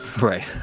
Right